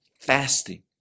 Fasting